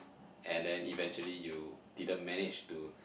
and then eventually you didn't manage to